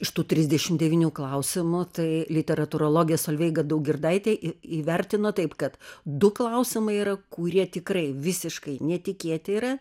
iš tų trisdešim devynių klausimų tai literatūrologė solveiga daugirdaitė į įvertino taip kad du klausimai yra kurie tikrai visiškai netikėti yra